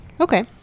Okay